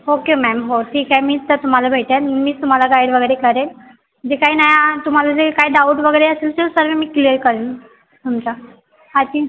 okay ma'am हो ठीक आहे मीच तर तुम्हाला भेटेन मीच तुम्हाला गाईड वगैरे करेल म्हणजे काय नाही तुम्हाला जे काय डाऊट वगैरे असेल ते सर्व मी क्लिअर करेन तुमच्या आय थिंक